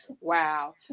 Wow